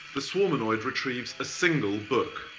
the swarmanoid retrieves a single book.